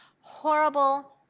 horrible